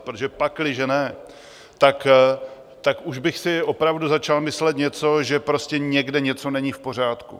Protože pakliže ne, tak už bych si opravdu začal myslet něco, že prostě někde něco není v pořádku.